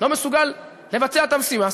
לא מסוגל לבצע את המשימה,